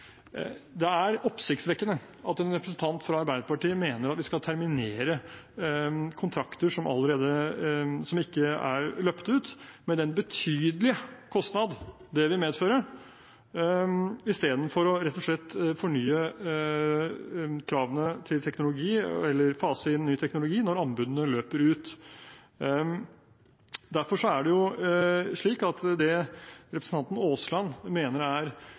Det er oppsiktsvekkende at en representant fra Arbeiderpartiet mener at vi skal terminere kontrakter som ikke er løpt ut, med den betydelige kostnad det vil medføre, istedenfor rett og slett å fornye kravene til teknologi eller fase inn ny teknologi når anbudene løper ut. Når representanten Aasland mener at regjeringen og komitéflertallet ikke ønsker å satse sterkt nok, mener jeg det er